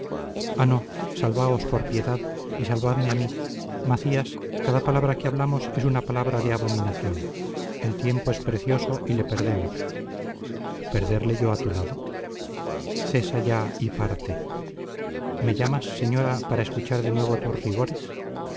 ah no salvaos por piedad y salvadme a mí macías cada palabra que hablamos es una palabra de abominación el tiempo es precioso y le perdemos perderle yo a tu lado cesa ya y parte me llamas señora para escuchar de nuevo tus rigores